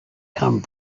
come